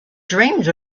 dreamed